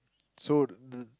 so the